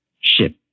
ship